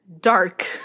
dark